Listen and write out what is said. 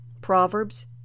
Proverbs